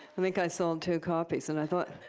i think i sold two copies. and i thought,